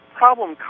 problem